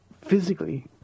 physically